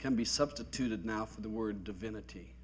can be substituted now for the word divinity